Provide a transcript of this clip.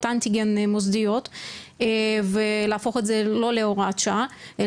אנטיגן מוסדיות ולהפוך את זה לא להוראת שעה,